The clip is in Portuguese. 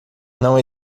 não